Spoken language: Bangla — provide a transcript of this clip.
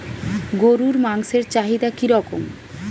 গরুর মাংসের চাহিদা কি রকম?